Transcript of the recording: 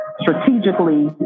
strategically